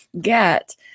get